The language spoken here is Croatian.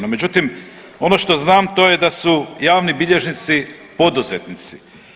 No, međutim ono što znam to je da su javni bilježnici poduzetnici.